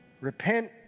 Repent